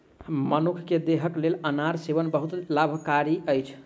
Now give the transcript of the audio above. मनुख के देहक लेल अनार सेवन बहुत लाभकारी अछि